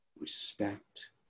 respect